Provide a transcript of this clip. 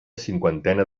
cinquantena